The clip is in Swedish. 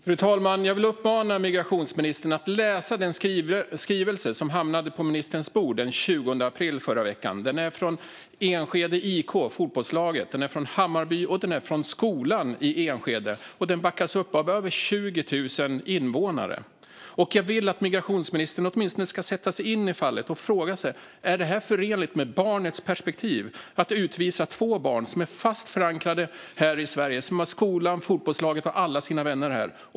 Fru talman! Jag vill uppmana migrationsministern att läsa den skrivelse som hamnade på ministerns bord den 20 april. Den är från Enskede IK, fotbollslaget, från Hammarby och från skolan i Enskede, och den backas upp av över 20 000 invånare. Jag vill att migrationsministern åtminstone ska sätta sig in i fallet och fråga sig om det är förenligt med barnets perspektiv att utvisa två barn som är fast förankrade här i Sverige och som har skolan och fotbollslaget och alla sina vänner här.